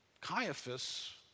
Caiaphas